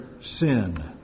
sin